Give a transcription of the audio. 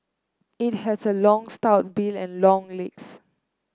it has a long stout bill and long legs